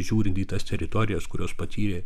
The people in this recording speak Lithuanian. žiūri į tas teritorijas kurios patyrė